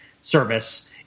service